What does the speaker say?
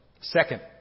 Second